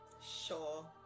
sure